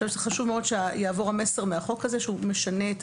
חשוב מאוד שיעבור המסר מהחוק הזה, שהוא משנה את